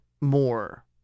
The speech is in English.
more